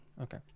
Okay